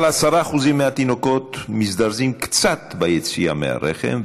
אבל 10% מהתינוקות מזדרזים קצת ביציאה מהרחם,